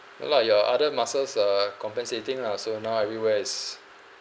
no lah your other muscles are compensating lah so now everywhere is